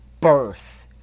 birth